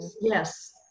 yes